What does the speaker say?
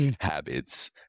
habits